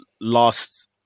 last